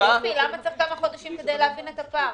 למה צריך כמה חודשים כדי להבין את הפער?